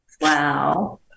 wow